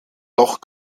doch